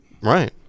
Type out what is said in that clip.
right